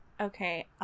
Okay